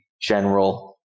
general